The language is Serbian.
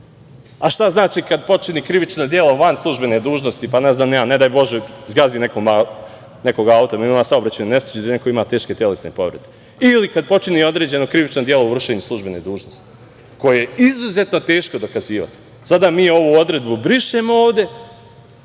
a šta znači kada počini krivično delo van službene dužnosti, pa ne znam ni ja, ne daj Bože, zgazi nekog autom, pa da neko ima teške telesne povrede, ili kad počini određeno krivično delo u vršenju službene dužnosti koje je izuzetno teško dokazivati? Sada mi ovu odredbu brišemo ovde